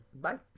Bye